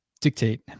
dictate